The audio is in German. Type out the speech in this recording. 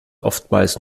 oftmals